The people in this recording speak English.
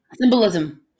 Symbolism